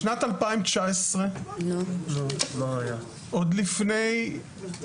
בשנת 2019 עוד בזמן